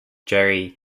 jerry